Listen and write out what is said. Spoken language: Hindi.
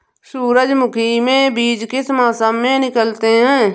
सूरजमुखी में बीज किस मौसम में निकलते हैं?